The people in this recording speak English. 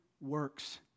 works